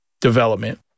development